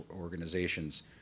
organizations